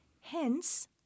Hence